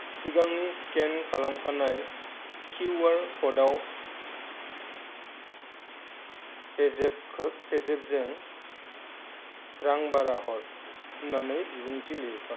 सिगांनि स्केन खालामखानाय किउआर ख'डाव पेजेफजों रां बारा हर होन्नानै बिबुंथि लिरफा